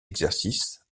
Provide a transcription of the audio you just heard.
exercices